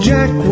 Jack